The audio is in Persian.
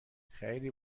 خیلی